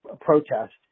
protest